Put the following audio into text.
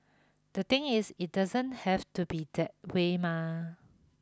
the thing is it doesn't have to be that way Mah